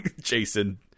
Jason